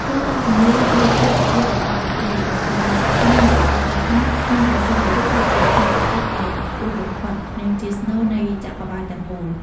យោងតាមជំនឿលោកធាតុវិទ្យារបស់ឥណ្ឌា ទាំងព្រហ្មញ្ញសាសនា និងព្រះពុទ្ធសាសនា ភ្នំព្រះសុមេរុ គឺជាភ្នំពិសិដ្ឋដ៏ខ្ពស់បំផុត និងជាស្នូលនៃចក្រវាឡទាំងមូល។